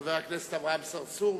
חבר הכנסת אברהם צרצור,